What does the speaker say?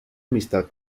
amistad